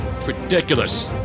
Ridiculous